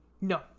No